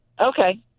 Okay